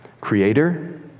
creator